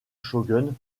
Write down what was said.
shogun